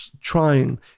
trying